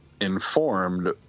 informed